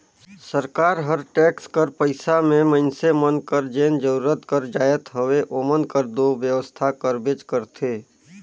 सरकार हर टेक्स कर पइसा में मइनसे मन कर जेन जरूरत कर जाएत हवे ओमन कर दो बेवसथा करबेच करथे